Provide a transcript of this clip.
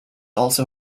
also